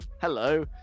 hello